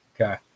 Okay